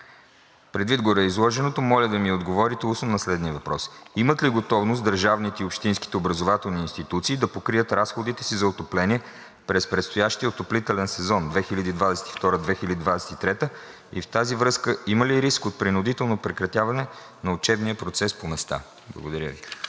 Предвид гореизложеното, моля да ми отговорите устно на следния въпрос: имат ли готовност държавните и общинските образователни институции да покрият разходите си за отопление през предстоящия отоплителен сезон 2022 – 2023 г.? В тази връзка има ли риск от принудително прекратяване на учебния процес по места? Благодаря Ви.